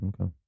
Okay